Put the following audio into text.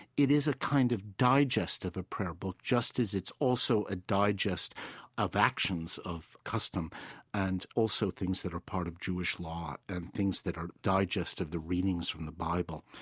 it is a kind of digest of a prayer book just as it's also a digest of actions of custom and also things that are part of jewish law and things that are digests of the readings from the bible.